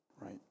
right